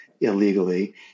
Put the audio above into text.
illegally